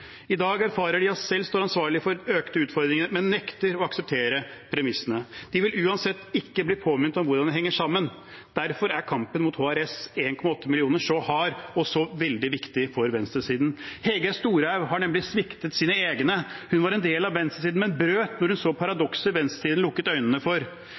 I dag erfarer de at de selv står ansvarlig for økte utfordringer, men nekter å akseptere premissene. De vil uansett ikke bli påmint om hvordan det henger sammen. Derfor er kampen mot HRS’ 1,8 mill. kr så hard og så veldig viktig for venstresiden. Hege Storhaug har nemlig sviktet sine egne. Hun var en del av venstresiden, men brøt da hun så paradokset venstresiden lukket øynene for.